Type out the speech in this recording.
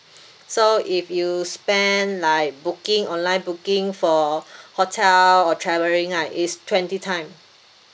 so if you spend like booking online booking for hotel or traveling right is twenty time